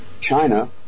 China